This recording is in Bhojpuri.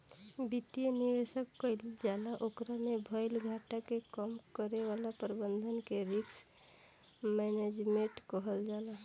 वित्तीय निवेश कईल जाला ओकरा में भईल घाटा के कम करे वाला प्रबंधन के रिस्क मैनजमेंट कहल जाला